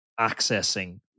accessing